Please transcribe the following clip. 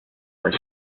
where